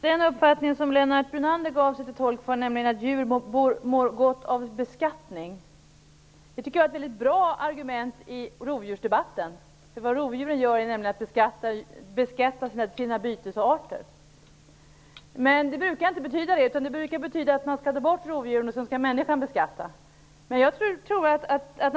Fru talman! Lennart Brunander gjorde sig till tolk för uppfattningen att djur mår gott av beskattning. Jag tycker att det är ett mycket bra argument i rovdjursdebatten. Vad rovdjuren gör är nämligen att beskatta sina bytesarter. Men man brukar inte resonera så, utan man vill ta bort rovdjuren och låta människan stå för beskattningen.